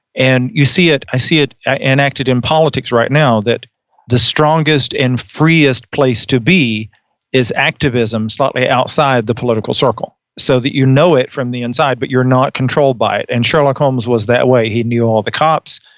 and you see it, i see it enacted in politics right now that the strongest and freest place to be is activism, slightly outside the political circle, so that you know it from the inside but you're not controlled by it. and sherlock holmes was that way he knew all the cops,